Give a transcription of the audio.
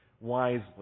wisely